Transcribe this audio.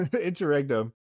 Interregnum